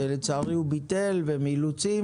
לצערי הוא ביטל בגלל אילוצים.